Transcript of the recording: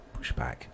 pushback